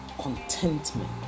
contentment